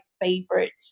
favorite